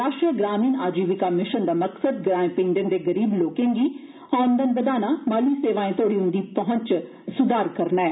राश्ट्री ग्रामीण जीविका मिश्न दा मकसद ग्राएं पिंडें दे गरीब लोकें दी औंदन बदाना माली सेवाएं तोड़ी उन्दी पहुंच च सुधार करना ऐ